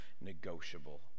negotiable